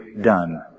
done